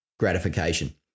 gratification